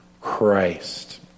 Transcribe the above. Christ